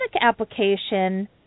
application